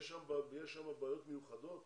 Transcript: יש שם בעיות מיוחדות